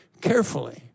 carefully